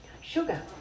Sugar